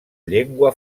llengua